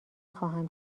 خواهم